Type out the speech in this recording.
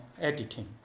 editing